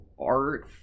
art